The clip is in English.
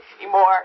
anymore